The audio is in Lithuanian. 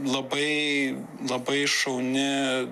labai labai šauni